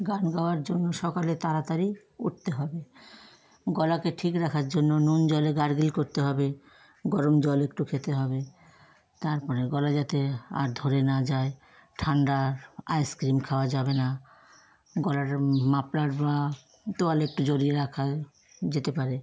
গান গাওয়ার জন্য সকালে তাড়াতাড়ি উঠতে হবে গলাকে ঠিক রাখার জন্য নুন জলে গার্গেল করতে হবে গরম জল একটু খেতে হবে তারপরে গলা যাতে আর ধরে না যায় ঠাণ্ডা আইসক্রিম খাওয়া যাবে না গলাটার মাফলার বা তোয়ালে একটু জড়িয়ে রাখা যেতে পারে